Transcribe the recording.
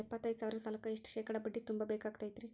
ಎಪ್ಪತ್ತೈದು ಸಾವಿರ ಸಾಲಕ್ಕ ಎಷ್ಟ ಶೇಕಡಾ ಬಡ್ಡಿ ತುಂಬ ಬೇಕಾಕ್ತೈತ್ರಿ?